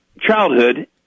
childhood